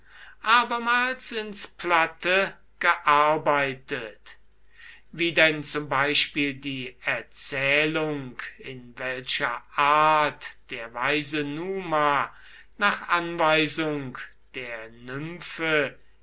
abermals ins platte gearbeitet wie denn zum beispiel die erzählung in welcher art der weise numa nach anweisung der nymphe